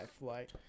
life